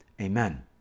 Amen